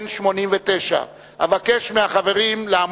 בעד, 38, אין מתנגדים ואין